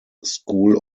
school